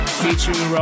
featuring